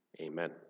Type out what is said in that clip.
Amen